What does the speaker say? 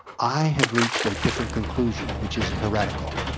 i have reached a different conclusion which is heretical.